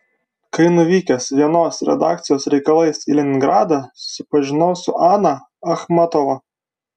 kai nuvykęs vienos redakcijos reikalais į leningradą susipažinau su ana achmatova